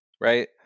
Right